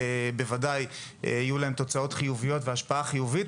בוודאי יהיו להם תוצאות חיוביות והשפעה חיובית.